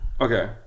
Okay